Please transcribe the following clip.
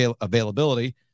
availability